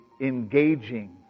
engaging